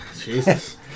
jesus